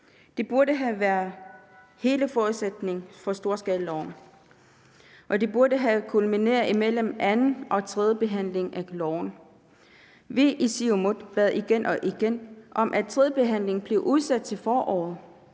Det burde have været hele forudsætningen for storskalaloven, og det burde have kulmineret imellem anden og tredje behandling af loven. Vi i Siumut bad igen og igen om, at tredje behandling blev udsat til foråret,